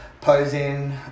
posing